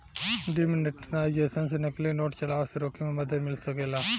demonetisation से नकली note चलाए से रोके में मदद मिल सकेला